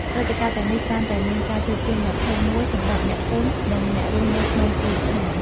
ព្រឹត្តិការណ៍ទាំងនេះច្រើនតែមានការជួបជុំដ៏ធំមួយសម្រាប់អ្នកភូមិ និងអ្នករស់នៅក្នុងមូលដ្ឋាន។